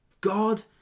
God